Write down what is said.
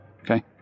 okay